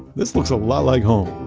this looks a lot like home.